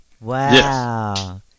Wow